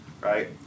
Right